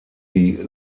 die